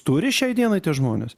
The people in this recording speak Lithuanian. turi šiai dienai tie žmonės